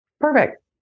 Perfect